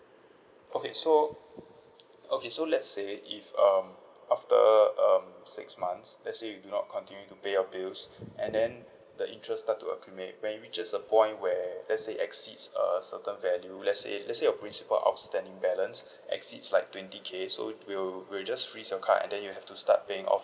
okay so okay so let's say if um after um six months let's say you do not continue to pay your bills and then the interest start to accumulate when it reaches a point where let's say exceeds uh certain value let's say let's say your principal outstanding balance exceeds like twenty K so we'll we'll just freeze your card and then you have to start paying off